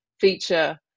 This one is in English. feature